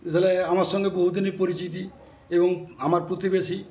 এহেলায় আমার সঙ্গে বহুদিনই পরিচিতি এবং আমার প্রতিবেশী